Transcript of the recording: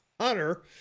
Hunter